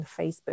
Facebook